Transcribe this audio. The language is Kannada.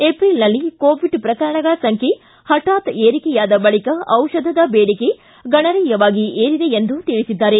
ಏಪ್ರಿಲ್ನಲ್ಲಿ ಕೋವಿಡ್ ಪ್ರಕರಣಗಳ ಸಂಖ್ಯೆ ಪಠಾತ್ ಏರಿಕೆಯಾದ ಬಳಕ ದಿಷಧದ ಬೇಡಿಕೆ ಗಣನೀಯವಾಗಿ ಏರಿದೆ ಎಂದು ತಿಳಿಸಿದ್ದಾರೆ